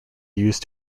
used